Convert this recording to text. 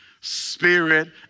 Spirit